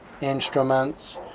instruments